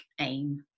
aim